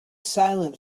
silent